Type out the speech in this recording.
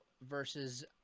versus